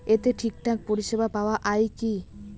এতে ঠিকঠাক পরিষেবা পাওয়া য়ায় কি?